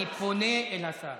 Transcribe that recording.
אני פונה אל השר.